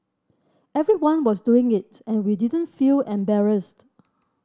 everyone was doing it and we didn't feel embarrassed